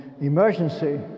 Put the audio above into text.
emergency